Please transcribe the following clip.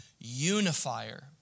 unifier